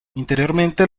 interiormente